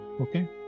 Okay